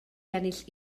ennill